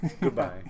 Goodbye